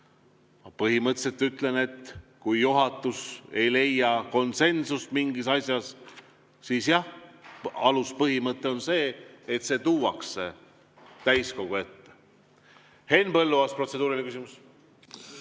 Ma põhimõtteliselt ütlen, et kui juhatus ei leia konsensust mingis asjas, siis jah, aluspõhimõte on see, et see tuuakse täiskogu ette. Henn Põlluaas, protseduuriline küsimus.